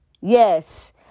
Yes